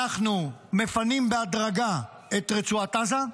אנחנו מפנים בהדרגה את רצועת עזה,